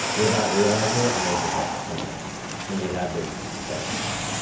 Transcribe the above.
without realizing it, in the age of market fundamentalism and we have been since the seventies.